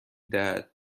دهد